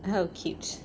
oh cute